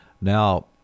Now